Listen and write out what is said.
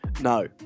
No